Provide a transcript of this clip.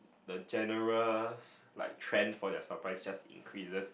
the general like trend for their supplies just increases